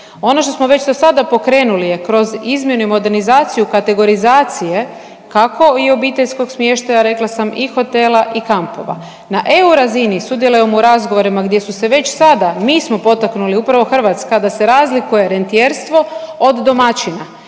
Ono što smo već dosada pokrenulo je kroz izmjenu i modernizaciju kategorizacije kako i obiteljskog smještaja rekla sam i hotela i kampova. Na EU razini sudjelujemo u razgovorima gdje su se već sada, mi smo potaknuli upravo Hrvatska da se razlikuje rentijerstvo od domaćina